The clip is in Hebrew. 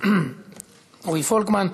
רועי פולקמן.